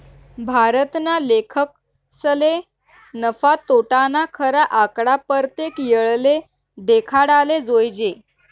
भारतना लेखकसले नफा, तोटाना खरा आकडा परतेक येळले देखाडाले जोयजे